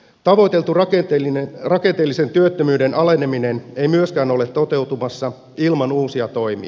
tavoiteltu rakenteellisen työttömyyden aleneminen ei myöskään ole toteutumassa ilman uusia toimia